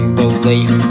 belief